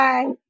Bye